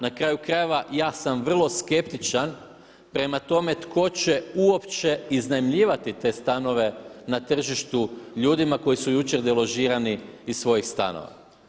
Na kraju krajeva ja sam vrlo skeptičan prema tome tko će uopće iznajmljivati te stanove na tržištu ljudima koji su jučer deložirani iz svojih stanova.